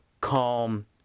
calm